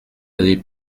aller